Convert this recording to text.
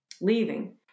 leaving